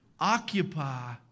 Occupy